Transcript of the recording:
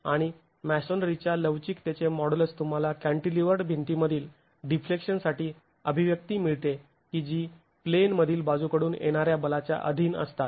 आणि मेसोनरीच्या लवचिकतेचे मोड्युलस तुम्हाला कॅंटिलिवर्ड भिंतीमधील डिफ्लेक्शनसाठी अभिव्यक्ती मिळते की जी प्लेन मधील बाजूकडून येणाऱ्या बलाच्या अधीन असतात